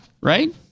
right